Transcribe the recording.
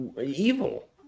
evil